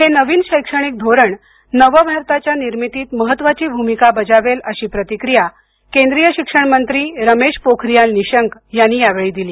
हे नवीन शैक्षणिक धोरण नव भारताच्या निर्मितीत महत्त्वाची भूमिका बजावेल अशी प्रतिक्रिया केंद्रीय शिक्षण मंत्री रमेश पोखारीयाल निशंक यांनी यावेळी दिली